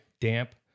damp